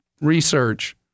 research